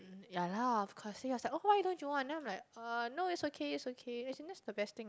ya lah of course then he was oh why don't you want then I'm like uh no it's okay it's okay as in that's the best thing